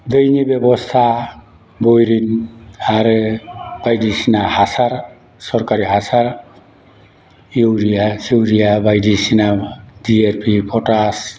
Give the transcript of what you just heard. दैनि बेबस्था बयरिं आरो बायदिसिना हासार सोरकारि हासार इउरिया सिउरिया बायदिसिना बि ए पि पटास